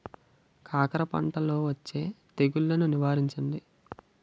కాకర పంటలో వచ్చే తెగుళ్లను వివరించండి?